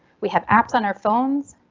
we have apps on our phones.